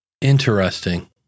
Interesting